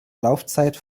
laufzeit